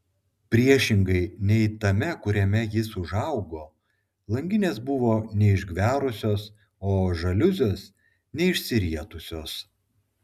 priešingai nei tame kuriame jis užaugo langinės buvo neišgverusios o žaliuzės neišsirietusios